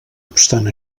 obstant